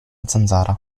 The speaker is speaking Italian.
zanzara